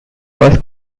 was